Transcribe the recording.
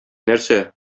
нәрсә